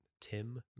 Tim